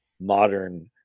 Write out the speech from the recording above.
modern